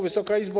Wysoka Izbo!